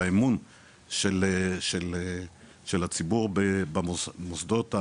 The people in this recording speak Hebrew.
באמון של הציבור במוסדות,